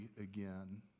again